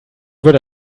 würde